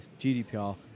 GDPR